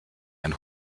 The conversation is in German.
ein